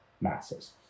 masses